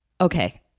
okay